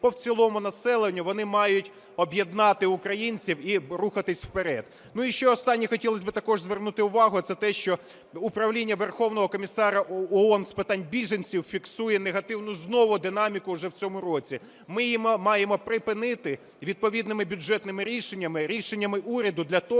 по в цілому населенню, вони мають об'єднати українців і рухатися вперед. І ще останнє хотілось би також звернути увагу, це те, що управління Верховного комісара ООН з питань біженців фіксує негативну знову динаміку вже в цьому році. Ми її маємо припинити відповідними бюджетними рішеннями, рішеннями уряду для того,